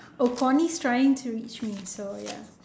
oh connie's trying to reach me so ya